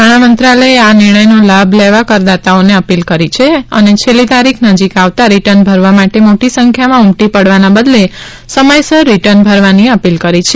નાણામંત્રાલયે આ નિર્ણયનો લાભ લેવા કરદાતાઓને અપીલ કરી છે અને છેલ્લી તારીખ નજીક આવતા રીટર્ન ભરવા માટે મોટી સંખ્યામાં ઉમટી પડવાના બદલે સમયસર રીટર્ન ભરવાની અપીલ કરી છે